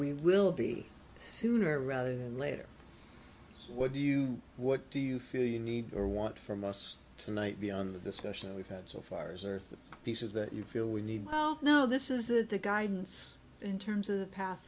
we will be sooner rather than later what do you what do you feel you need or want from us tonight beyond the discussion we've had so far as are the pieces that you feel we need now this is that the guidance in terms of the pa